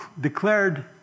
declared